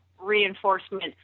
reinforcement